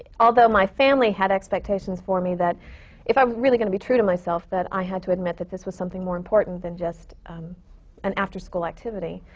although my family had expectations for me, that if i was really going to be true to myself, that i had to admit that this was something more important than just an after-school activity.